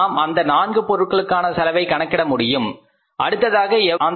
நாம் அந்த நான்கு பொருளுக்கான செலவை கணக்கிட முடியும் அடுத்ததாக எவ்வளவு உள்ளீடு